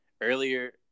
earlier